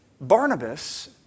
Barnabas